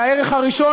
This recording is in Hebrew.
הערך הראשון,